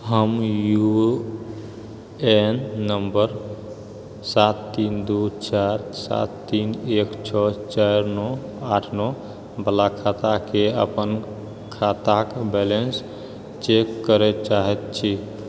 हम U A N number सात तीन दू चारि सात तीन एक छओ चार नओ आठ नओ बला खाताके अपन खाताक बैलेंस चेक करए चाहैत छी